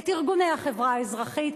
את ארגוני החברה האזרחית,